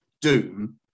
Doom